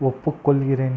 ஒப்புக்கொள்கிறேன்